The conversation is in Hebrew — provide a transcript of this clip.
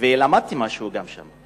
ולמדתי משהו גם שם.